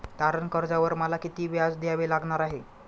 तारण कर्जावर मला किती व्याज द्यावे लागणार आहे?